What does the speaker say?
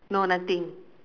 no nothing